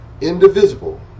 indivisible